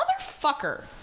motherfucker